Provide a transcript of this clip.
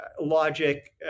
logic